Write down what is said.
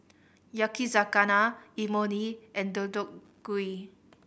Yakizakana Imoni and Deodeok Gui